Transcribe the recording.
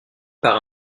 par